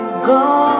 Go